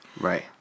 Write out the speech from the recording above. Right